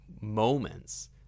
moments